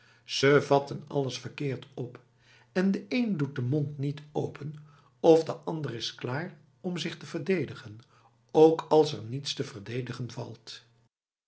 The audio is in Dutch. ze vatten alles verkeerd op en de een doet de mond niet open of de andere is klaar om zich te verdedigen ook als er niets te verdedigen valt